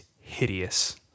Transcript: hideous